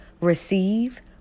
receive